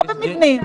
לא במבנים.